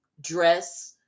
dress